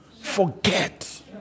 forget